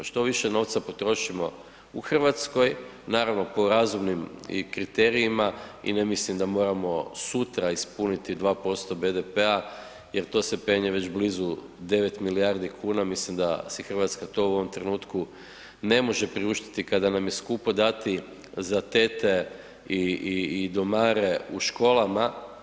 Što više novca potrošimo u Hrvatskoj naravno po razumnim kriterijima i ne mislim da moramo sutra ispuniti 2% BDP-a jer to se penje već blizu 9 milijardi kuna, mislim da si Hrvatska to u ovom trenutku ne može priuštiti kada nam je skupo dati za tete i domare u školama.